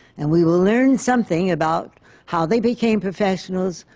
and we will learn something about how they became professionals,